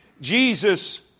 Jesus